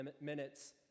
minutes